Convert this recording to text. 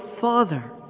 Father